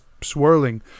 swirling